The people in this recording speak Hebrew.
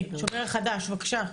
השומר החדש, בבקשה,